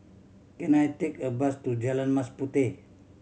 can I take a bus to Jalan Mas Puteh